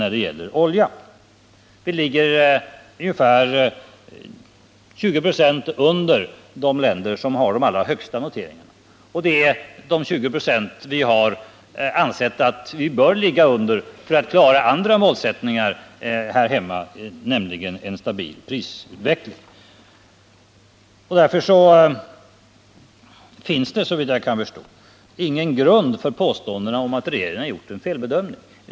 Våra priser ligger ungefär 20 ?6 under de länders som har de allra högsta noteringarna. Det är med dessa 20 96 vi har ansett att vi skall ligga under deras noteringar för att klara andra målsättningar här hemma, bl.a. en stabil prisutveckling. Därför finns det såvitt jag kan förstå ingen grund för påståendena om att regeringen skulle ha gjort en felbedömning.